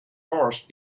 horse